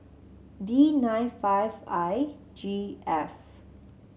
D nine five I G F